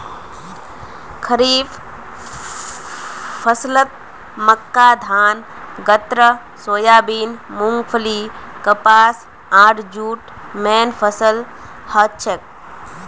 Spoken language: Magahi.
खड़ीफ फसलत मक्का धान गन्ना सोयाबीन मूंगफली कपास आर जूट मेन फसल हछेक